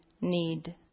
need